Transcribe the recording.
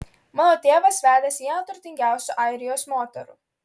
mano tėvas vedęs vieną turtingiausių airijos moterų